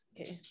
okay